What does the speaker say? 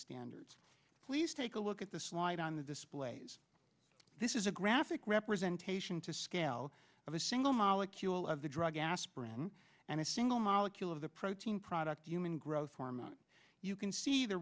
standards please take a look at the slide on the displays this is a graphic representation to scale of a single molecule of the drug aspirin and a single molecule of the protein product a human growth hormone you can see the